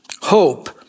hope